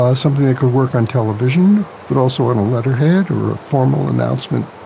ah something that could work on television but also on a letterhead or a formal announcement.